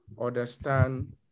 understand